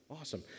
Awesome